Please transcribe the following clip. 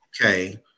okay